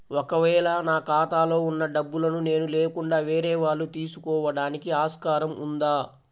ఒక వేళ నా ఖాతాలో వున్న డబ్బులను నేను లేకుండా వేరే వాళ్ళు తీసుకోవడానికి ఆస్కారం ఉందా?